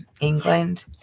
England